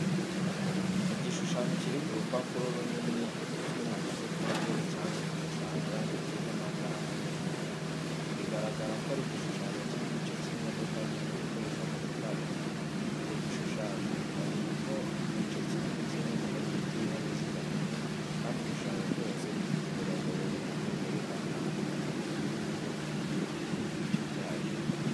Igishushanyo kiri ku rupapuro runini gikozwe mu buryo bw'ubugeni cyangwa gushushanya mu buryo bw’amakaramu n’inkono, bigaragara ko ari igishushanyo cy'igice cy'imodoka nini ikoreshwa mu gutwara ibintu. Ku gishushanyo, hariho igice kinini cy’imodoka gifite ibinyabiziga bine kandi igishushanyo cyose gifite imirongo yoroheje yerekana umubiri w’imodoka n’ibindi bice byayo.